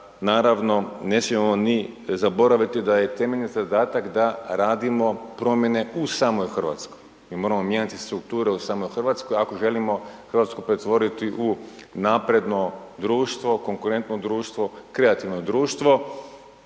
naravno, ne smijemo ni zaboraviti da je temeljni zadatak da radimo promjene u samoj Hrvatskoj, mi moramo mijenjati strukture u samoj Hrvatskoj, ako želimo Hrvatsku pretvoriti u napredno društvo, konkurentno društvo, kreativno društvo,